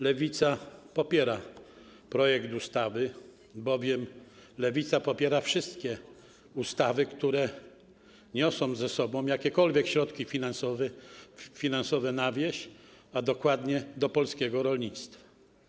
Lewica popiera projekt ustawy, bowiem popieramy wszystkie ustawy, które niosą za sobą jakiekolwiek środki finansowe na wieś, a dokładnie do polskiego rolnictwa.